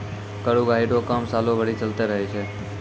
कर उगाही रो काम सालो भरी चलते रहै छै